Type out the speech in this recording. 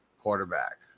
quarterback